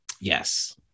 Yes